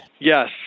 Yes